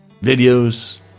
videos